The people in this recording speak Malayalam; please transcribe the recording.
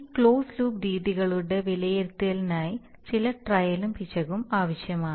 ഈ ക്ലോസ്ഡ് ലൂപ്പ് രീതികളുടെ വിലയിരുത്തലിനായി ചില ട്രയലും പിശകും ആവശ്യമാണ്